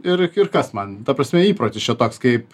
ir ir kas man ta prasme įprotis čia toks kaip